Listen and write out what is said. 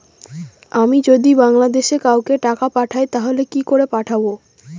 আমি যদি বাংলাদেশে কাউকে টাকা পাঠাই তাহলে কি করে পাঠাবো?